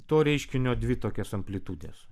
to reiškinio dvi tokias amplitudes